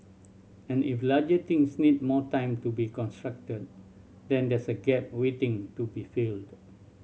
and if larger things need more time to be constructed then there's a gap waiting to be filled